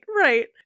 right